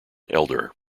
elder